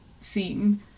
scene